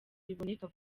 riboneka